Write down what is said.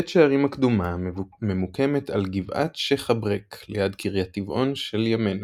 בית שערים הקדומה ממוקמת על גבעת שייח' אבריק ליד קריית טבעון של ימינו.